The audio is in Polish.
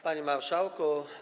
Panie Marszałku!